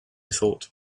thought